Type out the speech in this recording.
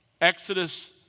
Exodus